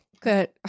Good